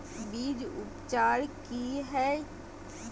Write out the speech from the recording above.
बीज उपचार कि हैय?